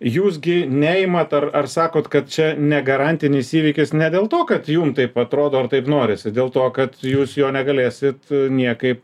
jūs gi neimat ar ar sakot kad čia ne garantinis įvykis ne dėl to kad jum taip atrodo ar taip norisi dėl to kad jūs jo negalėsit niekaip